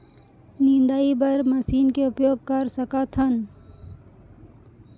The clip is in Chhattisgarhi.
निंदाई बर का मशीन के उपयोग कर सकथन?